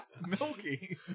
Milky